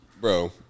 bro